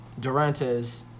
durantes